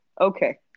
okay